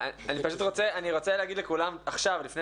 אני רוצה להגיד לכולם עכשיו, ב-11:00,